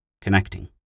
connecting